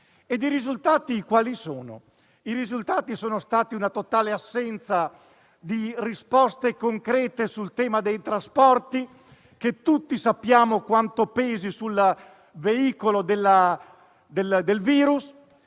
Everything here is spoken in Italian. i risultati? Sono stati una totale assenza di risposte concrete sul tema dei trasporti, che tutti sappiamo quanto pesi sulla veicolazione del virus;